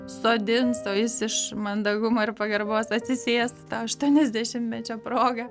sodins o jis iš mandagumo ir pagarbos atsisės aštuoniasdešimtmečio proga